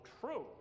true